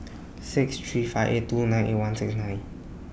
six three five eight two nine eight one six nine